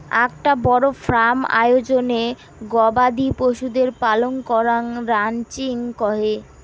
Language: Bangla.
আকটা বড় ফার্ম আয়োজনে গবাদি পশুদের পালন করাঙ রানচিং কহে